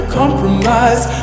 compromise